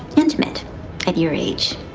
intimate at your age,